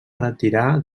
retirar